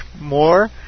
more